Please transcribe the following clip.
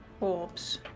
orbs